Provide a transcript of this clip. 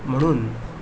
म्हणून